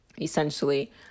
Essentially